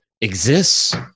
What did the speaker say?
exists